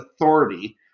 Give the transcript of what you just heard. Authority